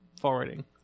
forwarding